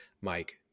Mike